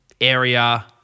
area